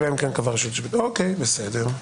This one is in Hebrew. בסדר.